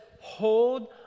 hold